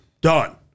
Done